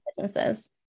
businesses